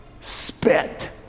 spit